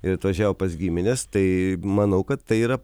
ir atvažiavo pas gimines tai manau kad tai yra